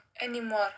anymore